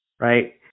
right